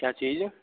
क्या चीज़